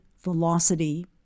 velocity